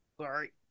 Sorry